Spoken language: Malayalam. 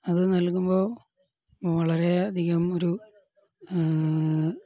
അതു നൽകുമ്പോള് വളരെയധികം ഒരു